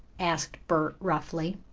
asked bert roughly.